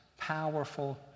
powerful